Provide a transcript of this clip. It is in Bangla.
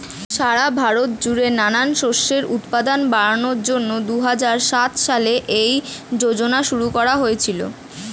সারা ভারত জুড়ে নানান শস্যের উৎপাদন বাড়ানোর জন্যে দুহাজার সাত সালে এই যোজনা শুরু করা হয়েছিল